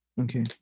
Okay